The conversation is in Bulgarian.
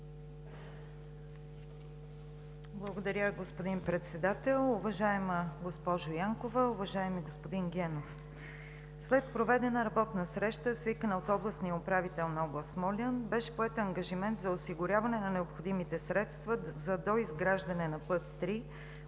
Благодаря, господин Председател. Уважаема госпожо Янкова, уважаеми господин Генов! След проведена работна среща, свикана от областния управител на област Смолян, беше поет ангажимент за осигуряване на необходимите средства за доизграждане на път